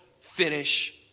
finish